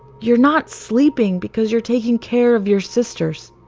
you're not sleeping because you're taking care of your sisters.